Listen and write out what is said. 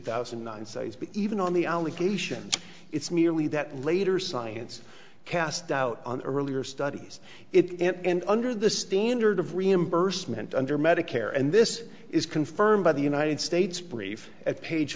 thousand and nine sites but even on the allegations it's merely that later science cast doubt on earlier studies it and under the standard of reimbursement under medicare and this is confirmed by the united states brief at page